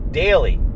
daily